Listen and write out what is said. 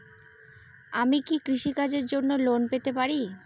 আমি কি কৃষি কাজের জন্য লোন পেতে পারি?